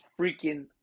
freaking